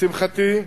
לשמחתי,